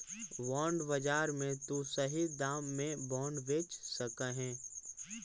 bond बाजार में तु सही दाम में बॉन्ड बेच सकऽ हे